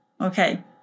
okay